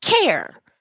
Care